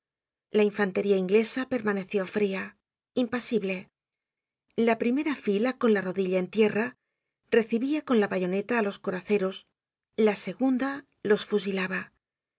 la infantería inglesa permaneció fria impasible la primera fila con la rodilla en tierra recibía con la bayoneta á los coraceros la segunda los fusilaba